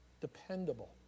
dependable